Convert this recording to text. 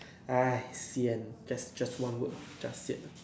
has sian just just one word just sian lor